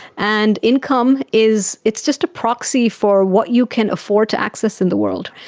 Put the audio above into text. and income is, it's just a proxy for what you can afford to access in the world.